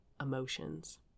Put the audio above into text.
emotions